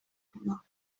کنم